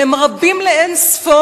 והם רבים לאין-ספור,